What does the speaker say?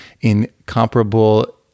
incomparable